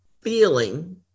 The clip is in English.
feeling